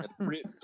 three